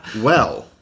Well-